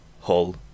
Hull